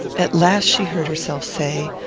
at last she heard herself say,